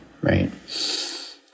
Right